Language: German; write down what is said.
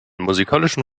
musikalischen